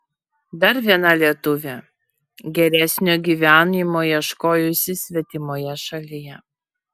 dar viena lietuvė geresnio gyvenimo ieškojusi svetimoje šalyje